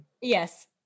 Yes